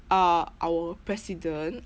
uh our president